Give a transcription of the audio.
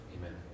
Amen